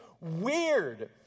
weird